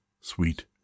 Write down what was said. sweet